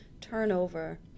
turnover